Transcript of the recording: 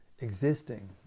existing